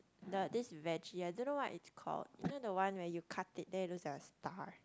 the this veggie I don't know what it's called you know the one where you cut it then it looks like a star